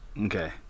Okay